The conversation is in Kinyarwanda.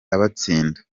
abatsinda